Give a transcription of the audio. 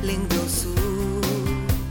link dausų